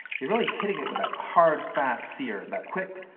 you're really hitting it with that hard, fast sear that quick,